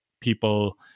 people